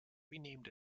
renamed